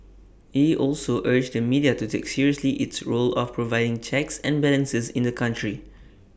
he also urged the media to take seriously its role of providing checks and balances in the country